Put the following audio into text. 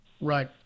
Right